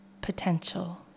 potential